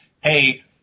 hey